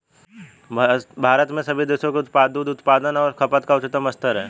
भारत में सभी देशों के दूध उत्पादन और खपत का उच्चतम स्तर है